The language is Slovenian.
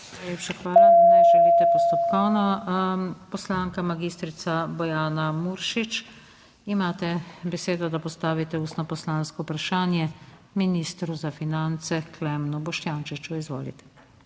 hvala. Ne želite postopkovnega. Poslanka mag. Bojana Muršič, imate besedo, da postavite ustno poslansko vprašanje Ministru za finance Klemnu Boštjančiču, izvolite.